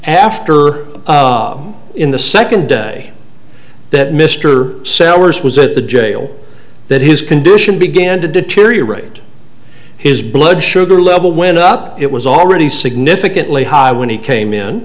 after in the second day that mr sellars was at the jail that his condition began to deteriorate his blood sugar level went up it was already significantly high when he came in